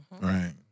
Right